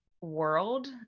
world